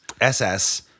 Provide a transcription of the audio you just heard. SS